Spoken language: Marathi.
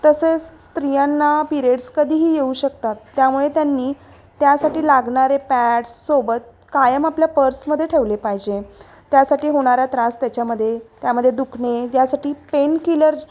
तसेच स्त्रियांना पिरियड्स कधीही येऊ शकतात त्यामुळे त्यांनी त्यासाठी लागणारे पॅड्स सोबत कायम आपल्या पर्समध्ये ठेवले पाहिजे त्यासाठी होणारा त्रास त्याच्यामध्ये त्यामध्ये दुखणे ज्यासाठी पेन किलर